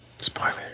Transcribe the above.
Spoilers